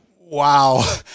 Wow